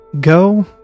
Go